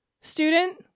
student